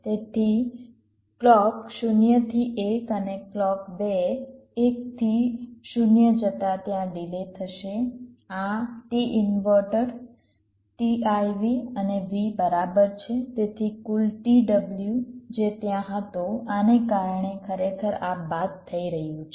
તેથી ક્લૉક 0 થી 1 અને ક્લૉક 2 1 થી 0 જતા ત્યાં ડિલે થશે આ t ઇન્વર્ટર t iv અને v બરાબર છે તેથી કુલ t w જે ત્યાં હતો આને કારણે ખરેખર આ બાદ થઈ રહ્યું છે